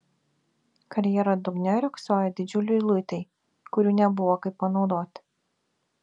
karjero dugne riogsojo didžiuliai luitai kurių nebuvo kaip panaudoti